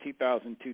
2002